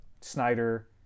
Snyder